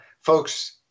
folks